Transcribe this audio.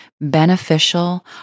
beneficial